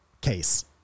case